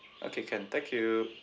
okay can thank you